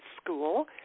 school